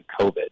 COVID